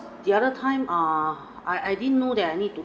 the other time ah I I didn't know that I need to